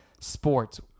sports